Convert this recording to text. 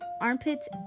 Armpits